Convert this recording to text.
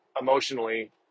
emotionally